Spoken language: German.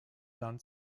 land